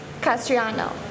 Castriano